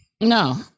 No